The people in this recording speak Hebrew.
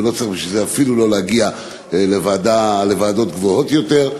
ואפילו לא צריך בשביל זה להגיע לוועדות גבוהות יותר.